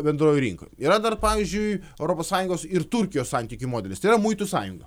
bendrojoj rinkoj yra dar pavyzdžiui europos sąjungos ir turkijos santykių modelis tai yra muitų sąjunga